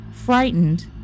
frightened